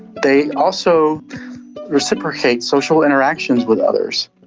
they also reciprocate social interactions with others.